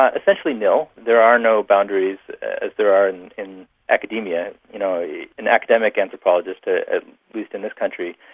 ah essentially nil. there are no boundaries as there are in in academia. you know yeah an academic anthropologist, ah at least in this country,